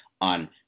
on